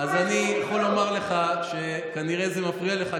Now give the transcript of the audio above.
אז אני יכול לומר לך שכנראה זה מפריע לך,